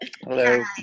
Hello